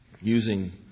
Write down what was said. using